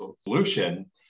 solution